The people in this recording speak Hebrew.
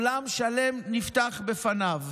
עולם שלם נפתח בפניו.